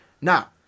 Now